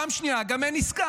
פעם שנייה, גם אין עסקה.